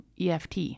EFT